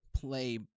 Play